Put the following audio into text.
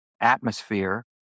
atmosphere